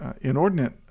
inordinate